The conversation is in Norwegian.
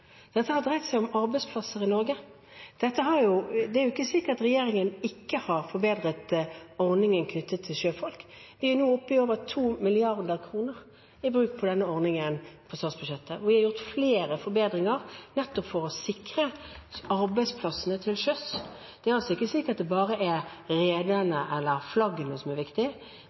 Dette har dreid seg om arbeidsplasser i Norge. Det er jo ikke sikkert regjeringen ikke har forbedret ordningen knyttet til sjøfolk. Vi er nå oppe i over 2 mrd. kr i bruk på denne ordningen i statsbudsjettet. Vi har gjort flere forbedringer nettopp for å sikre arbeidsplassene til sjøs. Det er altså ikke sikkert det bare er rederne eller flaggene som er